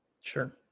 sure